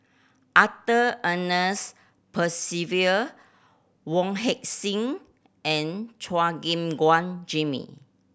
Arthur Ernest Percival Wong Heck Sing and Chua Gim Guan Jimmy